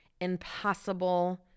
impossible